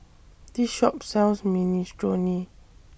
This Shop sells Minestrone